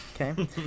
Okay